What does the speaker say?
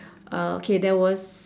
uh okay there was